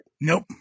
Nope